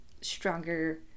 stronger